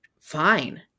fine